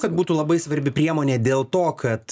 kad būtų labai svarbi priemonė dėl to kad